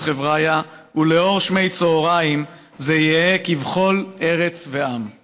חבריא / ולאור שמי צוהריים / זה יהא כבכל ארץ ועם /